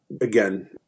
again